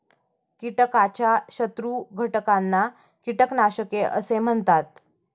कीटकाच्या शत्रू घटकांना कीटकनाशके असे म्हणतात